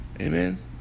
Amen